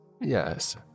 Yes